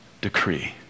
decree